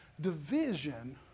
division